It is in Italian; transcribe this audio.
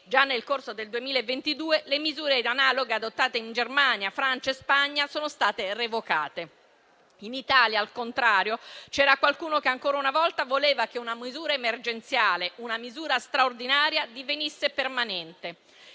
già nel corso del 2022, misure analoghe adottate in Germania, Francia e Spagna sono state revocate. In Italia, al contrario, c'era qualcuno che ancora una volta voleva che una misura emergenziale e straordinaria divenisse permanente,